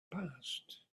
past